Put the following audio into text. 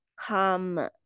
come